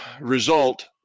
result